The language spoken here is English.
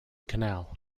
canal